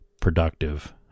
productive